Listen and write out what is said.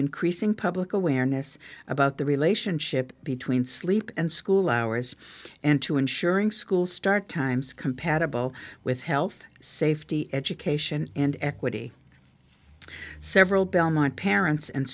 increasing public awareness about the relationship between sleep and school hours and to ensuring school start times compatible with health safety education and equity several belmont parents and